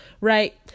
right